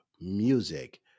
music